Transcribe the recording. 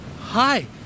Hi